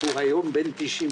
הללו הוא היום בן למעלה מ-90?